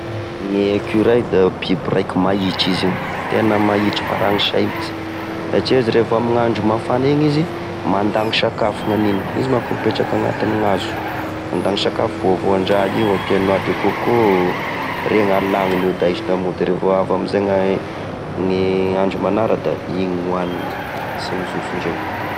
Gny ecureuils da biby raiky maitry izy io! tena maitry maranisay mihinsy! satria izy rehefa amin'ny andro mafana izy, mandagno sakafo gnaniny, izy mako mipetraky agnatign'hazo, mandano sakafo voavoandra io, keo noix de coco, reny alagnony, io da ahisy da amignao da refa avy amzay gna gne, andro manara da igny gn'oaniny, sy mizoso indreo.